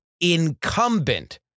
incumbent